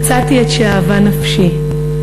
מצאתי את שאהבה נפשי,